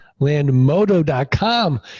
landmodo.com